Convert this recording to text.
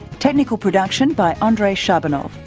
technical production by andrei shabunov,